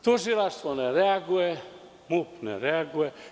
Tužilaštvo ne reaguje, MUP ne reaguje.